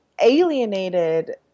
alienated